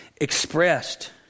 expressed